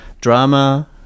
Drama